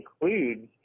includes